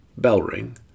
Bellring